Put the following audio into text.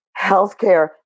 healthcare